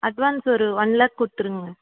advance ஒரு one lakh கொடுத்துருங்க